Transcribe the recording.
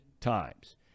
times